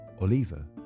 Oliva